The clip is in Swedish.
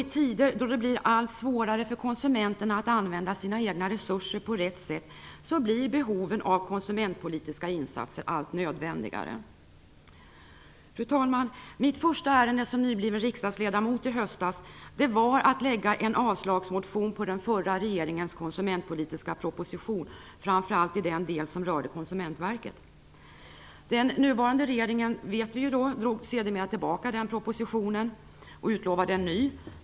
I tider då det blir allt svårare för konsumenterna att använda sina egna resurser på rätt sätt blir behoven av konsumentpolitiska insatser allt nödvändigare. Fru talman! Mitt första ärende som nybliven riksdagsledamot i höstas var att lägga en avslagsmotion på den förra regeringens konsumentpolitiska proposition, framför allt i den del som rörde Konsumentverket. Vi vet att den nuvarande regeringen sedermera drog tillbaka den propositionen och utlovade en ny.